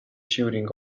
shooting